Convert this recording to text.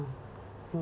mm mm